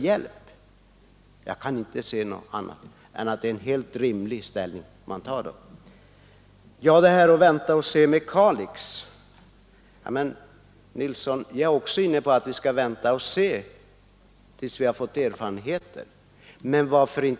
Jag kan inte se annat än att det är en helt rimlig ställning man tar om man gör det. Vad det gäller lokaliseringen av industricentrum till Kalix är jag också inne på att vi skall vänta och se till dess vi fått tillräcklig erfarenhet, herr Nilsson i Östersund.